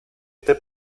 este